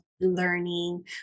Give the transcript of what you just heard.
learning